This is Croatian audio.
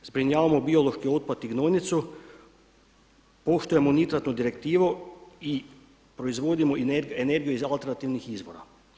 Zbrinjavamo biološki otpad i gnojnicu, poštujemo nitratnu direktivu i proizvodimo energiju iz alternativnih izvora.